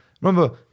Remember